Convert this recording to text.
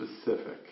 specific